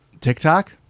TikTok